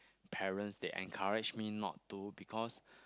parents they encourage me not to because